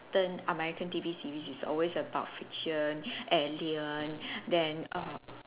~tern American T_V series is always about fiction alien then err